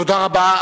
תודה רבה.